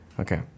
Okay